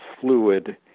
fluid